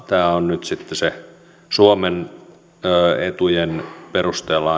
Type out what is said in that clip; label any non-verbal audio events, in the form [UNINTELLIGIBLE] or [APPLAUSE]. tämä on nyt sitten suomen etujen perusteella [UNINTELLIGIBLE]